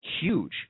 huge